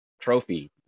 trophy